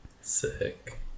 sick